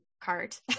cart